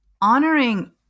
honoring